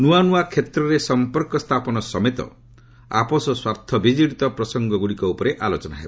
ନୂଆ ନୂଆ କ୍ଷେତ୍ରରେ ସମ୍ପର୍କ ସ୍ଥାପନ ସମେତ ଆପୋଷ ସ୍ୱାର୍ଥ ବିଜଡ଼ିତ ପ୍ରସଙ୍ଗଗୁଡ଼ିକ ଉପରେ ଆଲୋଚନା ହେବ